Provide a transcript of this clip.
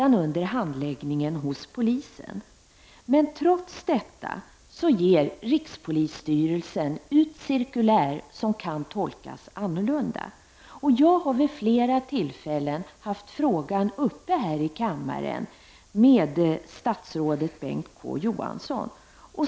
under handläggningen hos polisen. Men trots detta ger rikspolisstyrelsen ut cirkulär som kan tolkas annorlunda. Jag har vid flera tillfällen haft frågan uppe till diskussion här i kammaren med statsrådet Bengt K Å Johansson.